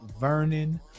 Vernon